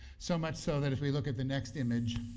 so much so, that if we look at the next image,